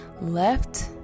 left